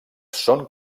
són